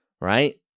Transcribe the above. right